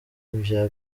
vya